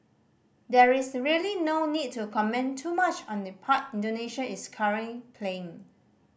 there is really no need to comment too much on the part Indonesia is current playing